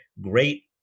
great